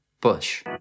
Bush